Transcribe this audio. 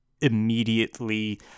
immediately